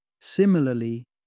Similarly